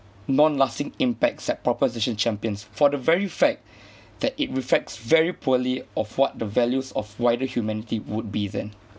non lasting impacts that proposition champions for the very fact that it reflects very poorly of what the values of wider humanity would be then